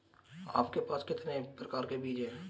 आपके पास कितने प्रकार के बीज हैं?